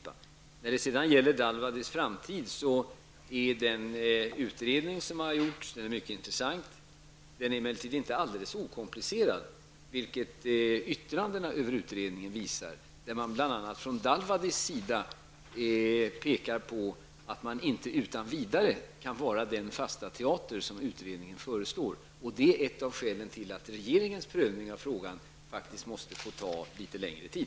När det sedan gäller Dalvadis framtid är den utredning som har gjorts mycket intressant. Den är emellertid inte alldeles okomplicerad, vilket yttrandena över utredningen visar. Från Dalvadis sida pekar man på att man inte utan vidare kan fungera som den fasta teater som utredningen föreslår. Det är ett av skälen till att regeringens prövning av frågan måste få ta litet längre tid.